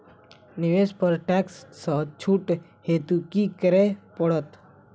निवेश पर टैक्स सँ छुट हेतु की करै पड़त?